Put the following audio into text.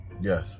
Yes